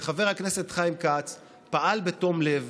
שם שחבר הכנסת חיים כץ פעל בתום לב